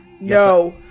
No